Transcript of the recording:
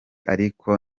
ariko